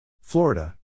Florida